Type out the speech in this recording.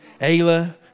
Ayla